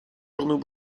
journaux